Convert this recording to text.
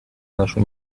нашу